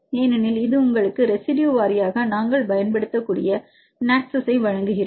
ஏனெனில் இது உங்களுக்கு ரெசிடுயு வாரியாக நாங்கள் பயன்படுத்தக்கூடிய NACCESS ஐ வழங்குகிறது